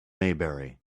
maybury